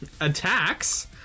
attacks